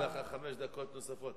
נתתי לך חמש דקות נוספות,